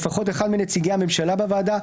לפחות אחד מנציגי הממשלה בוועדה,